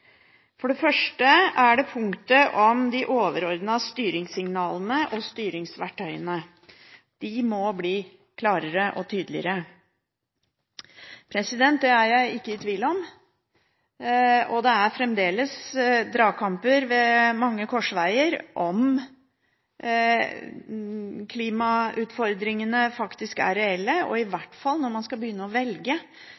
For det første må de overordnede styringssignalene og styringsverktøyene bli klarere og tydeligere. Det er jeg ikke i tvil om. Det er fremdeles dragkamper ved mange korsveier om klimautfordringene faktisk er reelle – i